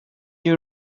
you